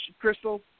Crystal